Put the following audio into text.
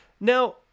Now